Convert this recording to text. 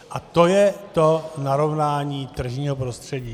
A to je to narovnání tržního prostředí.